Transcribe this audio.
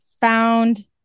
found